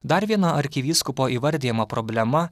dar viena arkivyskupo įvardijama problema